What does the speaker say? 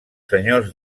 senyors